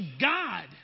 God